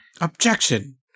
Objection